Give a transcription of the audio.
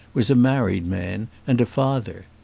was a married man, and a father.